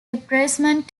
replacement